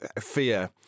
fear